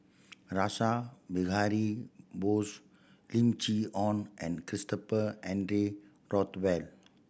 Rash Behari Bose Lim Chee Onn and Christopher Henry Rothwell